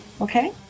Okay